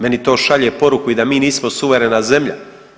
Meni to šalje poruku i da mi nismo suverena zemlja.